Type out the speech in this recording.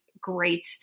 great